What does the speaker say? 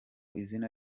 izina